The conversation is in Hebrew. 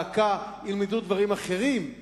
שילְמדו דברים אחרים,